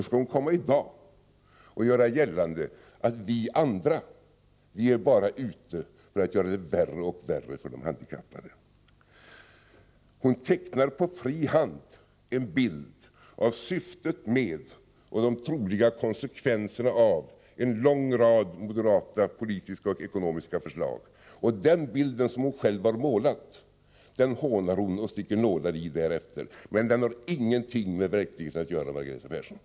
Skall hon komma i dag och göra gällande att vi andra bara är ute för att göra det värre och värre för de handikappade! Margareta Persson tecknar på fri hand en bild av syftet med och de troliga konsekvenserna av en lång rad moderata politiska och ekonomiska förslag. Den bild som hon själv har målat hånar hon och sticker nålar i efteråt. Men den har ingenting med verkligheten att göra, Margareta Persson.